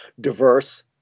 diverse